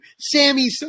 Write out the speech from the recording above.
Sammy –